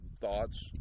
thoughts